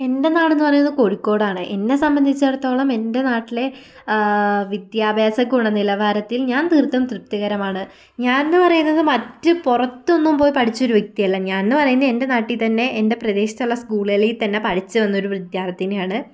എൻ്റെ നാട് എന്ന് പറയുന്നത് കോഴിക്കോടാണ് എന്നെ സംബന്ധിച്ചിടത്തോളം എൻ്റെ നാട്ടിലെ വിദ്യാഭ്യാസ ഗുണ നിലവാരത്തിൽ ഞാൻ തീർത്തും തൃപ്തികരമാണ് ഞാൻ എന്ന് പറയുന്നത് മറ്റ് പുറത്ത് നിന്ന് ഒന്നും പോയി പഠിച്ച ഒരു വ്യക്തിയല്ല ഞാൻ എന്ന് പറയുന്നത് എൻ്റെ നാട്ടിൽ തന്നെ എൻ്റെ പ്രദേശത്തുള്ള സ്കൂളുകളിൽ തന്നെ പഠിച്ച് വന്ന ഒരു വിദ്യാർത്ഥിനിയാണ്